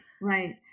right